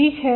ठीक है